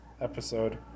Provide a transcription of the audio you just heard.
episode